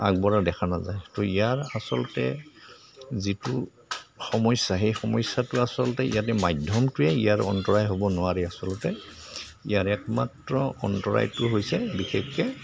আগবঢ়া দেখা নাযায় তো ইয়াৰ আচলতে যিটো সমস্যা সেই সমস্যাটো আচলতে ইয়াতে মাধ্যমটোৱে ইয়াৰ অন্তৰায় হ'ব নোৱাৰে আচলতে ইয়াৰ একমাত্ৰ অন্তৰায়টো হৈছে বিশেষকৈ